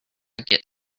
get